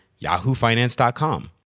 yahoofinance.com